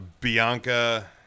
Bianca